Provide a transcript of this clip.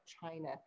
China